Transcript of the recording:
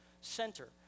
center